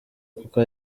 kuko